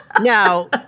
Now